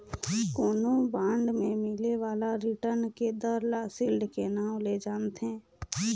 कोनो बांड मे मिले बाला रिटर्न के दर ल सील्ड के नांव ले जानथें